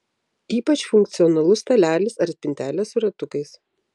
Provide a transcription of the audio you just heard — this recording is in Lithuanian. ypač funkcionalus stalelis ar spintelė su ratukais